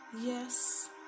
Yes